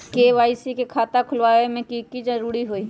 KYC के खाता खुलवा में की जरूरी होई?